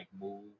move